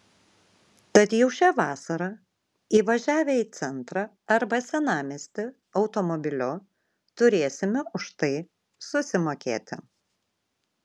tad jau šią vasarą įvažiavę į centrą arba senamiestį automobiliu turėsime už tai susimokėti